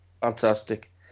Fantastic